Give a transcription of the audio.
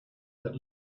that